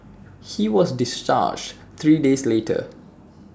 he was discharged three days later